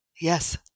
Yes